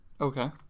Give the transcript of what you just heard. Okay